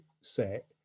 set